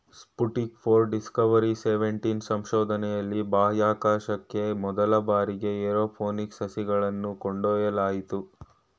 Sputnik four, Discovery seventeen ಸಂಶೋಧನೆಯಲ್ಲಿ ಬಾಹ್ಯಾಕಾಶಕ್ಕೆ ಮೊದಲ ಬಾರಿಗೆ ಏರೋಪೋನಿಕ್ ಸಸಿಗಳನ್ನು ಕೊಂಡೊಯ್ಯಲಾಯಿತು